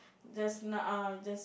just nah uh just